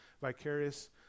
vicarious